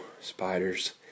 spiders